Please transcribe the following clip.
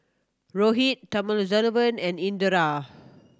Rohit Thamizhavel and Indira